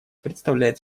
представляет